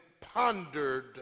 pondered